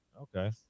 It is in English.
okay